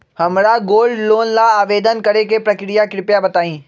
हमरा gold loan ला आवेदन करे के प्रक्रिया कृपया बताई